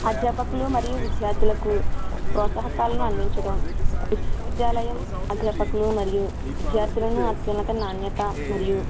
అధ్యాపకులు మరియు విద్యార్థులకు ప్రోత్సాహకాలను అందించటం విశ్వవిద్యాలయం అధ్యాపకులు మరియు విద్యార్థులను అత్యున్నత నాణ్యత మరియు